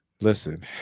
Listen